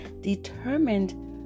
determined